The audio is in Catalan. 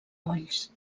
molls